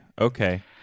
okay